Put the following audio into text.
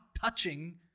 touching